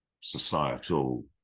societal